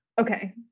Okay